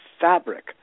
fabric